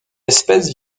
espèce